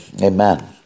amen